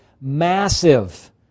massive